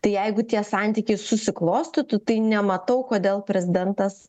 tai jeigu tie santykiai susiklostytų tai nematau kodėl prezidentas